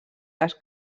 les